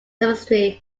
semester